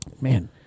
man